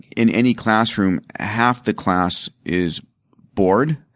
in any classroom, half the class is bored.